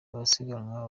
abasiganwa